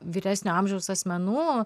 vyresnio amžiaus asmenų